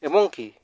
ᱮᱵᱚᱝ ᱠᱤ